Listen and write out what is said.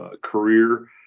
career